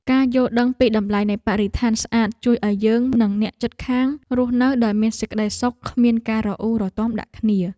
ការយល់ដឹងពីតម្លៃនៃបរិស្ថានស្អាតជួយឱ្យយើងនិងអ្នកជិតខាងរស់នៅដោយមានសេចក្តីសុខគ្មានការរអ៊ូរទាំដាក់គ្នា។